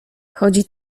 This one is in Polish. chodzi